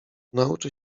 nauczy